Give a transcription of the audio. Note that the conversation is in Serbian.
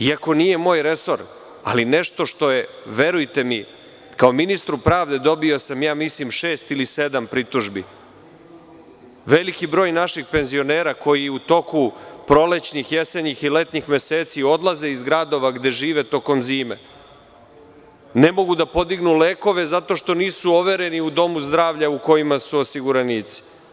Iako nije moj resor, ali nešto što je, verujte mi kao ministar pravde dobio sam šest ili sedam pritužbi, veliki broj naših penzionera koji u toku prolećnih, jesenjih i letnjih meseci odlaze iz gradova gde žive tokom zime, ne mogu da podignu lekove zato što nisu overeni u domu zdravlja u kojem su osiguranici.